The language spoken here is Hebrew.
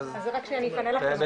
אתייחס.